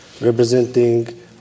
representing